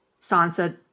Sansa